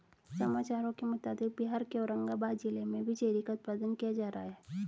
समाचारों के मुताबिक बिहार के औरंगाबाद जिला में भी चेरी का उत्पादन किया जा रहा है